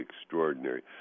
extraordinary